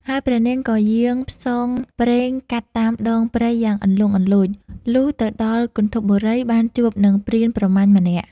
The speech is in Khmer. ហើយព្រះនាងក៏យាងផ្សងព្រេងកាត់តាមដងព្រៃយ៉ាងលន្លង់លន្លោច លុះទៅដល់គន្ធពបូរី បានជួបនឹងព្រានប្រមាញ់ម្នាក់។